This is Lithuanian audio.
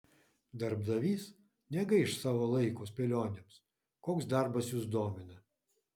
darbdavys negaiš savo laiko spėlionėms koks darbas jus domina